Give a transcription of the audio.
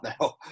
now